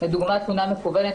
לדוגמא תלונה מקוונת,